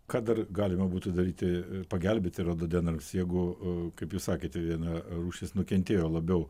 ką dar galima būtų daryti pagelbėti rododendrams jeigu kaip jūs sakėte viena rūšis nukentėjo labiau